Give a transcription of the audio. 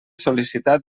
sol·licitar